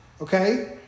okay